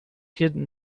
hidden